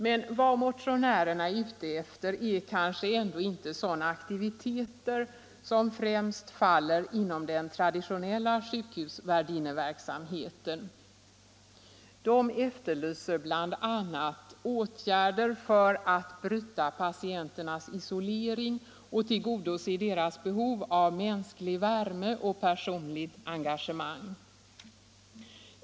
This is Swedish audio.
Men vad motionärerna är ute efter är kanske ändå inte sådana aktiviteter som främst faller inom den traditionella sjukhusvärdinneverksamheten. De efterlyser bl.a. åtgärder för att bryta patienternas isolering och tillgodose deras behov av mänsklig värme och personligt engagemang.